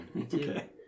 okay